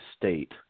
state